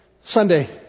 Sunday